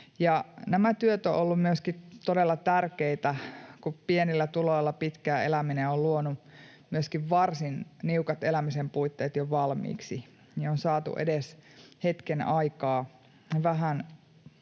Nämä työt ovat olleet myöskin todella tärkeitä, kun pitkään pienillä tuloilla eläminen on luonut myöskin varsin niukat elämisen puitteet jo valmiiksi ja on saatu edes hetken aikaa